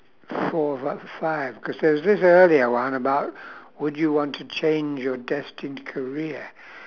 four about five cause there's this earlier one about would you want to change your destined career